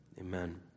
Amen